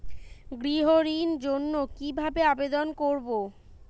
গৃহ ঋণ জন্য কি ভাবে আবেদন করব?